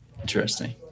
Interesting